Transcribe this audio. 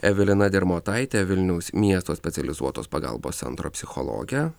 evelina dirmotaitė vilniaus miesto specializuotos pagalbos centro psichologė